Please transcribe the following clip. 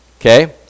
Okay